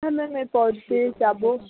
হ্যাঁ ম্যাম এরপর দিয়ে যাব